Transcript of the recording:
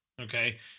okay